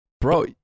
bro